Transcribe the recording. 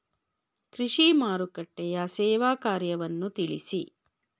ಕೃಷಿ ಮಾರುಕಟ್ಟೆಯ ಸೇವಾ ಕಾರ್ಯವನ್ನು ತಿಳಿಸಿ?